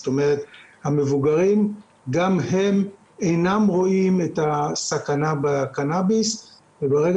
זאת אומרת המבוגרים גם הם אינם רואים את הסכנה בקנביס וברגע